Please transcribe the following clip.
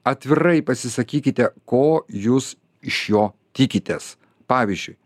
atvirai pasisakykite ko jūs iš jo tikitės pavyzdžiui